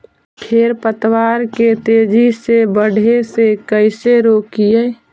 खर पतवार के तेजी से बढ़े से कैसे रोकिअइ?